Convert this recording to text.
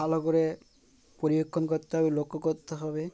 ভালো করে পরিবেক্ষণ করতে হবে লক্ষ্য করতে হবে